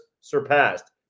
surpassed